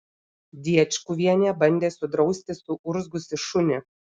diečkuvienė bandė sudrausti suurzgusį šunį